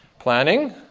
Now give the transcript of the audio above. Planning